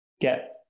get